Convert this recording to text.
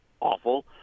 awful